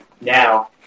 now